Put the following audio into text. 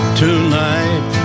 tonight